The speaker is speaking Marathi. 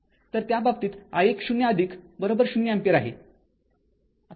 तर त्या बाबतीत i१0 ० अँपिअर आहे